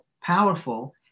powerful